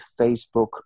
Facebook